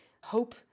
hope